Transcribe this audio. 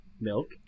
milk